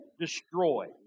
destroy